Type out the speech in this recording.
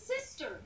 sister